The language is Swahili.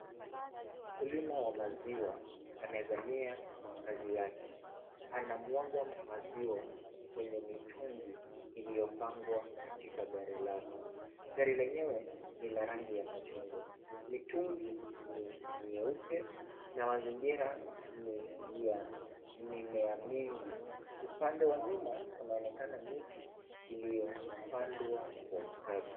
Mkulima wa maziwa amezamia kazi yake. Anamwaga maziwa kwenye mitungi iliyopangwa katika gari lake. Gari lenyewe ni la rangi ya machungwa. Mitungi ni mieupe na mazingira ni ya mimea mingi. Upande wa nyuma kunaonekana miti iliopandwa kwa ustadi.